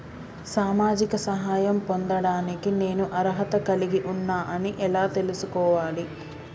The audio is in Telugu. సామాజిక సహాయం పొందడానికి నేను అర్హత కలిగి ఉన్న అని ఎలా తెలుసుకోవాలి?